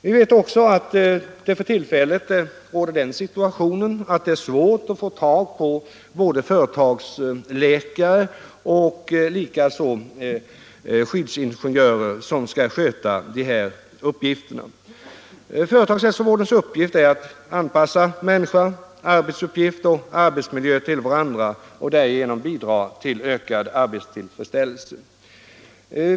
Vi vet också att situationen för tillfället är den att det är svårt att få tag på både företagsläkare och skyddsingenjörer som skall sköta dessa uppgifter. Företagshälsovårdens uppgift är att anpassa människa, arbetsuppgift och arbetsmiljö till varandra och därigenom bidra till ökad arbetstillfredsställelse.